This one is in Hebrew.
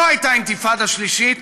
לא הייתה אינתיפאדה שלישית,